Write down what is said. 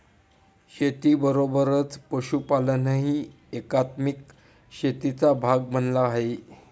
शेतीबरोबरच पशुपालनही एकात्मिक शेतीचा भाग बनला आहे